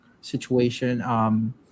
situation